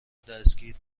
دستگیر